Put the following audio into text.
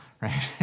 Right